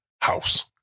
house